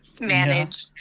manage